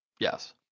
Yes